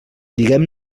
diguem